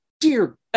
Dear